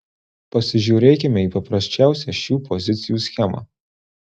pasižiūrėkime į paprasčiausią šių pozicijų schemą